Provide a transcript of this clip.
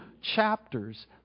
chapters